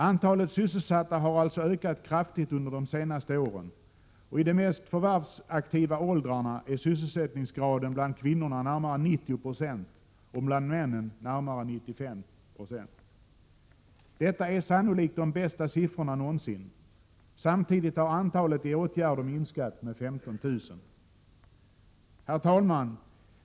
Antalet sysselsatta har alltså ökat kraftigt under de senaste åren, och i de mest förvärvsaktiva åldrarna är sysselsättningsgraden bland kvinnorna närmare 90 96 och bland männen närmare 95 26. Detta är sannolikt de bästa siffrorna någonsin. Samtidigt har antalet personer som är sysselsatta till följd av arbetsmarknadsåtgärder minskat med 15 000. Herr talman!